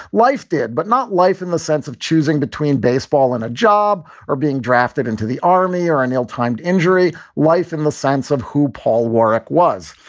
life did, but not life in the sense of choosing between baseball and a job or being drafted into the army or an ill timed injury. life in the sense of who paul warwick was.